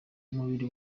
umubiri